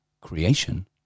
Creation